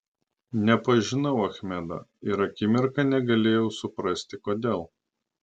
nepažinau achmedo ir akimirką negalėjau suprasti kodėl